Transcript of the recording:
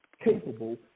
capable